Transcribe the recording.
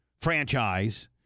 franchise